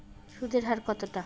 সুদের হার কতটা?